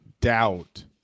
doubt